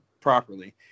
properly